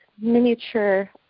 miniature